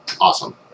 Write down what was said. Awesome